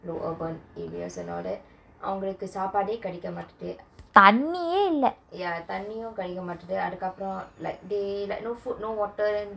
you know urban areas and all that அவங்களுக்கு சாப்பாடே கெடைக்க மாட்டுது:avangalukku sappade kedaikka mattuthu ya தண்ணியும் கெடைக்க மாட்டுது அதுக்கப்புறம்:thanniyum kedaikka mattuthu athukkappuram like they no food no water then